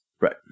Right